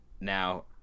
now